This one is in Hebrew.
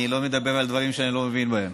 אני לא מדבר על דברים שאני לא מבין בהם.